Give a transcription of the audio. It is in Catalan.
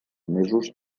mesos